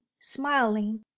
smiling